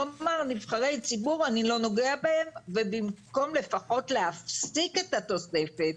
הוא אמר שבנבחרי ציבור אני לא נוגע ובמקום לפחות להפסיק את התוספת,